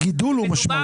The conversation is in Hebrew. הגידול הוא משמעותי.